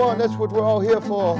one that's what we're all here for